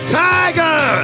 tiger